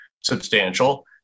substantial